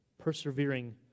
persevering